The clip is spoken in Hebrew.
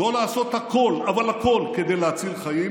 לא לעשות הכול, אבל הכול, כדי להציל חיים.